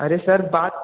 अरे सर बात